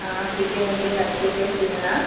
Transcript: हाँ फिटिंग ओटिंग अच्छे से सिलना